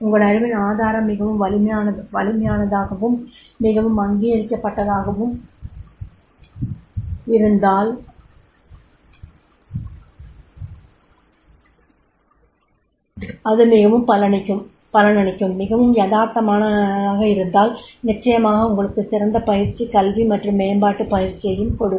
உங்கள் அறிவின் ஆதாரம் மிகவும் வலிமையானதாகவும் மிகவும் அங்கீகரிக்கப்பட்டதாகவும் இருந்தால் அது மிகவும் பலனளிக்கும் மிகவும் யதார்த்தமானதாக இருந்தால் நிச்சயமாக உங்களுக்கு சிறந்த பயிற்சி கல்வி மற்றும் மேம்பாட்டு பயிற்சியைக் கொடுக்கும்